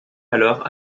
alors